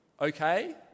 okay